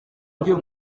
buryo